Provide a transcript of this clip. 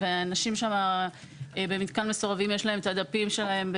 ולאנשים שם במתקן מסורבים יש את הדפים שלהם,